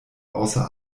außer